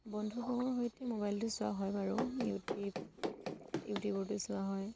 বন্ধুবৰ্গৰ সৈতে মোবাইলতো চোৱা হয় বাৰু ইউটিউব ইউটিউবতো চোৱা হয়